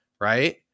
right